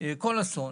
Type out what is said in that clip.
כל אסון,